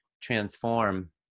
transform